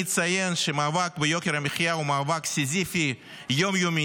אני אציין שהמאבק ביוקר המחיה הוא מאבק סיזיפי יום-יומי.